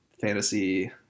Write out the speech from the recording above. fantasy